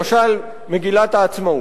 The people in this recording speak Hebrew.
למשל מגילת העצמאות,